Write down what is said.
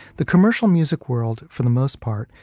the commercial music world, for the most part,